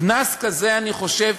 קנס כזה, אני חושב,